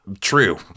true